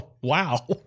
Wow